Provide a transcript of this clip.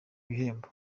ibihembo